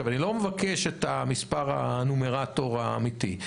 אני לא מבקש את המספר הנומרטור האמיתי,